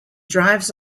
drives